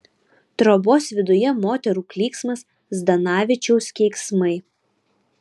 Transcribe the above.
trobos viduje moterų klyksmas zdanavičiaus keiksmai